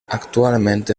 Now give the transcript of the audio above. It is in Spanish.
actualmente